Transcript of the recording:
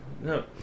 no